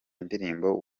indirimbo